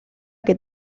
que